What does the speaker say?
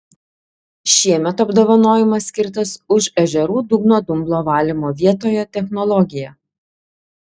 šiemet apdovanojimas skirtas už ežerų dugno dumblo valymo vietoje technologiją